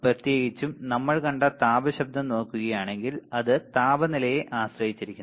പ്രത്യേകിച്ചും നമ്മൾ കണ്ട താപ ശബ്ദം നോക്കുകയാണെങ്കിൽ അത് താപനിലയെ ആശ്രയിച്ചിരിക്കുന്നു